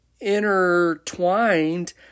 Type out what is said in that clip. intertwined